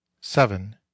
seven